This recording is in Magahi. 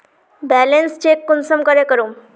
बैलेंस चेक कुंसम करे करूम?